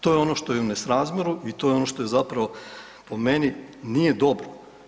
To je ono što je u nesrazmjeru i to je ono što je zapravo, po meni nije dobro.